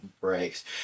breaks